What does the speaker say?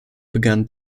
began